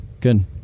Good